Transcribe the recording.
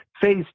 Phase